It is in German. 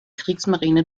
kriegsmarine